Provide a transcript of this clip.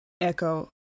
Echo